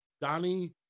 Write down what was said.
Donnie